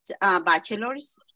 bachelors